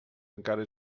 encara